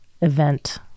event